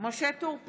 משה טור פז,